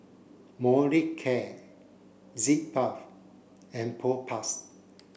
Molicare Sitz bath and Propass